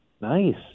nice